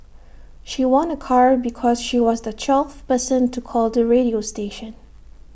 she won A car because she was the twelfth person to call the radio station